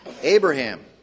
Abraham